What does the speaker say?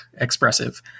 expressive